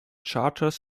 charters